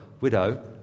widow